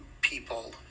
people